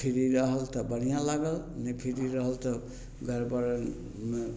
आ फीरी रहल तऽ बढ़िआँ लागल नहि फ्री रहल तऽ गड़बड़मे